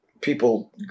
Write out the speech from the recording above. people